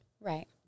right